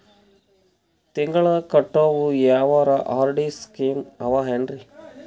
ತಿಂಗಳ ಕಟ್ಟವು ಯಾವರ ಆರ್.ಡಿ ಸ್ಕೀಮ ಆವ ಏನ್ರಿ?